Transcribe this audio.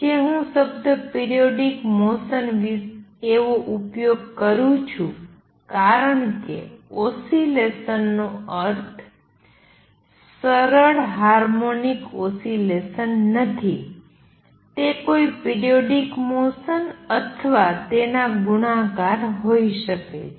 જે હું શબ્દ પિરિયોડિક મોસન એવો ઉપયોગ કરું છું કારણ કે ઓસિલેશનનો અર્થ સરળ હાર્મોનિક ઓસિલેશન નથી તે કોઈ પિરિયોડિક મોસન અથવા તેના ગુણાકાર હોઈ શકે છે